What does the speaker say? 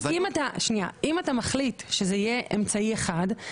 אם אתה מחליט שזה יהיה אמצעי אחד,